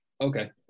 Okay